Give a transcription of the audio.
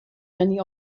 many